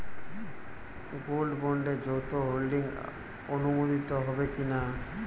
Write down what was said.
Gold বন্ডে যৌথ holding অনুমোদিত হবে কিনা?